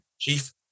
Chief